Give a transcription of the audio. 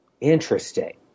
Interesting